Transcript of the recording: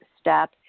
step